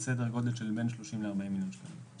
הביטוח הלאומי הם 40-30 מיליון שקלים בערך.